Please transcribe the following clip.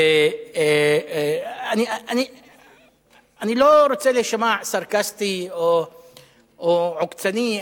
ואני לא רוצה להישמע סרקסטי או עוקצני,